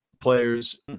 players